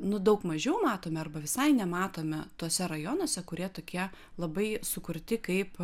nu daug mažiau matome arba visai nematome tuose rajonuose kurie tokie labai sukurti kaip